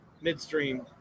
midstream